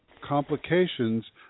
complications